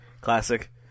Classic